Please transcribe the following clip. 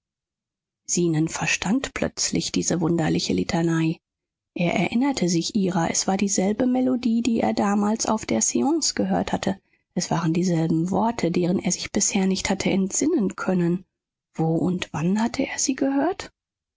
zenon verstand plötzlich diese wunderliche litanei er erinnerte sich ihrer es war dieselbe melodie die er damals auf der seance gehört hatte es waren dieselben worte deren er sich bisher nicht hatte entsinnen können wo und wann hatte er sie gehört